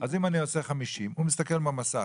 אז אם אני עושה 50, הוא מסתכל במסך.